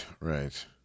right